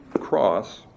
cross